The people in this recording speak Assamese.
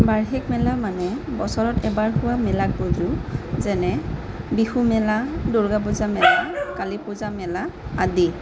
বাৰ্ষিক মেলা মানে বছৰত এবাৰ হোৱা মেলাক বুজোঁ যেনে বিহু মেলা দূৰ্গা পূজা মেলা কালী পূজা মেলা আদি